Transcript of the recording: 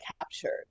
captured